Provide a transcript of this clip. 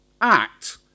act